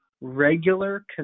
regular